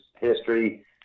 history